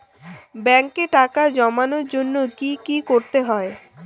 ব্যাংকে টাকা জমানোর জন্য কি কি করতে হয়?